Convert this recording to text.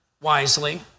wisely